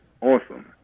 Awesome